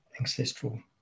ancestral